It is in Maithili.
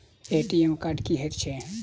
ए.टी.एम कार्ड की हएत छै?